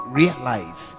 realize